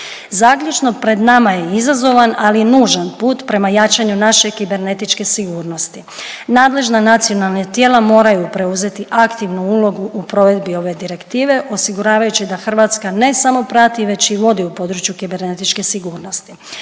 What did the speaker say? Zaključno, pred nama je izazovan, ali nužan put prema jačanju naše kibernetičke sigurnosti. Nadležna nacionalna tijela moraju preuzeti aktivnu ulogu u provedbi ove Direktive osiguravajući da Hrvatska, ne samo prati, već i vodi u području kibernetičke sigurnosti.